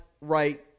right